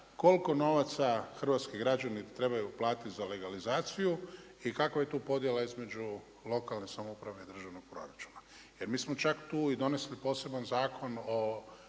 koliko novaca hrvatski građani trebaju platiti za legalizaciju i kakva je tu podjela između lokalne samouprave i državnog proračuna. Jer mi smo čak tu i donesli poseban Zakon o